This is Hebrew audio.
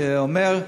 שאומרת,